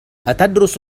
أتدرس